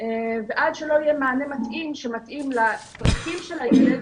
ועד שלא יהיה מענה מתאים שמתאים לצרכים של הילד